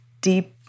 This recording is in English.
deep